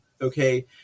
okay